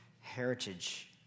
Heritage